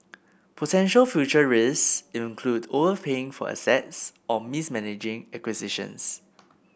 potential future risks include overpaying for assets or mismanaging acquisitions